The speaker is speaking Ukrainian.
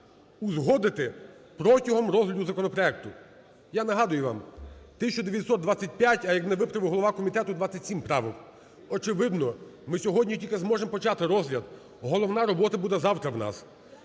узгодити протягом розгляду законопроекту. Я нагадую вам, 1925, а як мене виправив голова комітету, 27 правок. Очевидно, ми сьогодні тільки зможемо почати розгляд. Головна робота буде завтра у нас.